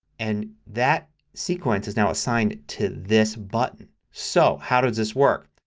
and that sequence is now assigned to this button. so how does this work?